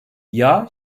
yağ